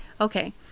okay